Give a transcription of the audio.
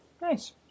Nice